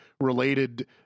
related